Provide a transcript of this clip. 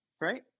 Right